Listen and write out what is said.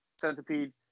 centipede